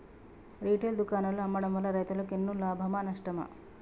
Retail దుకాణాల్లో అమ్మడం వల్ల రైతులకు ఎన్నో లాభమా నష్టమా?